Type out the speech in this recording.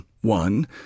one